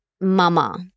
Mama